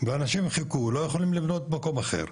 ואנשים חיכו לא יכולים לבנות במקום אחר,